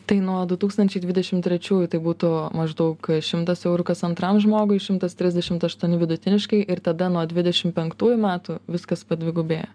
tai nuo du tūkstančiai dvidešim trečiųjų tai būtų maždaug šimtas eurų kas antram žmogui šimtas trisdešimt aštuoni vidutiniškai ir tada nuo dvidešim penktųjų metų viskas padvigubėja